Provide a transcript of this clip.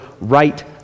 right